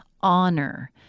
honor